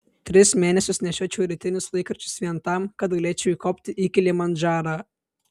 tris mėnesius nešiočiau rytinius laikraščius vien tam kad galėčiau įkopti į kilimandžarą